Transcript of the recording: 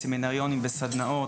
סמינריונים וסדנאות,